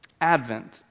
Advent